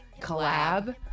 collab